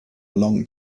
long